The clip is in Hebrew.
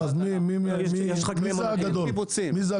מי זה הגדול?